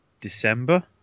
December